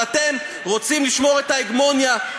ואתם רוצים לשמור את ההגמוניה,